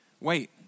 Wait